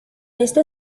este